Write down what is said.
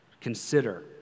consider